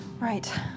Right